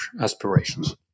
aspirations